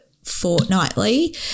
fortnightly